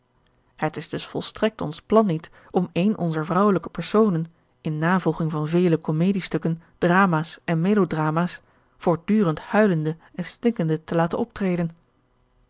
het is dus volstrekt ons plan niet om eene onzer vrouwelijke personen in navolging van vele comediestukken dramaas en melodramaas voortdurend huilende en snikkende te laten optreden